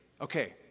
Okay